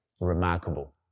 Remarkable